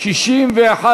הוועדה, נתקבל.